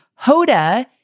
Hoda